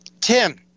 Tim